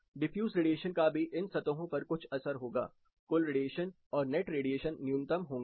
diffuse radiation का भी इन सतहों पर कुछ असर होगा कुल रेडिएशन और नेट रेडिएशन न्यूनतम होंगे